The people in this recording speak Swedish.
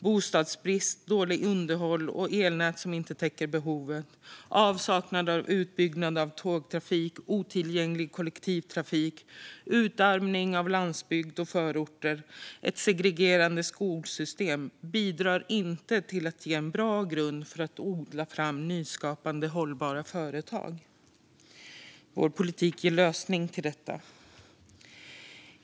Bostadsbrist, dåligt underhåll, elnät som inte täcker behovet, avsaknad av utbyggnad av tågtrafik, otillgänglig kollektivtrafik, utarmning av landsbygd och förorter samt ett segregerande skolsystem bidrar inte till att ge en bra grund för att odla fram nyskapande hållbara företag. Vår politik ger en lösning på detta.